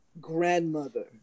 grandmother